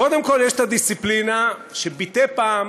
קודם כול, יש הדיסציפלינה שמדי פעם,